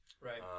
Right